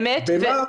במה?